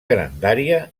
grandària